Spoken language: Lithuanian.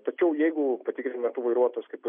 tačiau jeigu patikrinimo metu vairuotojas kaip